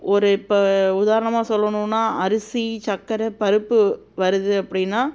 ஒரு இப்போ உதாரணமாக சொல்லணும்னா அரிசி சக்கரை பருப்பு வருது அப்படின்னா